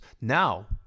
Now